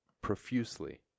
profusely